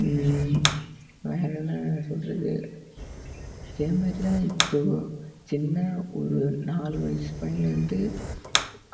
வேறே என்ன சொல்கிறது அதே மாதிரிதான் இப்போது சின்ன ஒரு நாலு வயசு பையன்லேருந்து